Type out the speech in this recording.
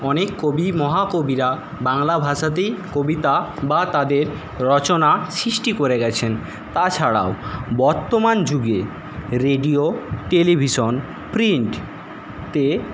অনেক কবি মহাকবিরা বাংলাভাষাতেই কবিতা বা তাদের রচনা সৃষ্টি করে গেছেন তাছাড়াও বর্তমান যুগে রেডিও টেলিভিশন প্রিন্টতে